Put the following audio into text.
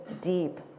deep